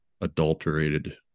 adulterated